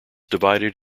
divided